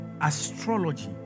astrology